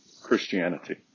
Christianity